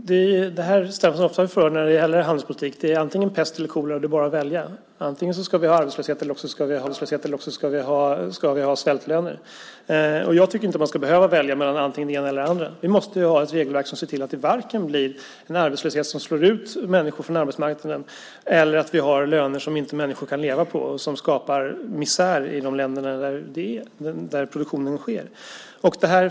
Fru talman! Det ställs ofta sådana frågor när det gäller handelspolitik. Det är antingen pest eller kolera, och det är bara att välja. Antingen ska vi ha arbetslöshet eller också ska vi ha svältlöner. Jag tycker inte att man ska behöva välja mellan antingen det ena eller det andra. Vi måste ha ett regelverk som ser till att det varken blir en arbetslöshet som slår ut människor från arbetsmarknaden eller löner som människor inte kan leva på och som skapar misär i de länder produktionen sker.